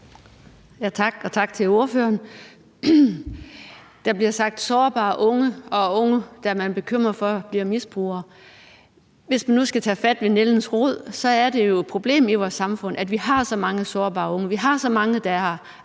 Tak, og tak til ordføreren. Der bliver talt om sårbare unge, og at man er bekymret for, at unge bliver misbrugere. Hvis man nu skal tage fat om nældens rod, er det jo et problem i vores samfund, at vi har så mange sårbare unge. Vi har så mange, der er